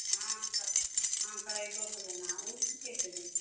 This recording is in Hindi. हाँ हमको एक दो किलो लेना और कैसे दें